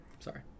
sorry